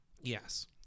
Yes